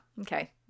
Okay